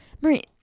Marie